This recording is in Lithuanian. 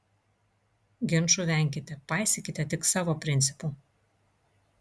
ginčų venkite paisykite tik savo principų